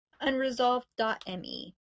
unresolved.me